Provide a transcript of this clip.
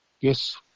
Yes